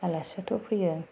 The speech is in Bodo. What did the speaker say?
आलासियाथ' फैयो